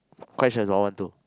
quite sure is one one two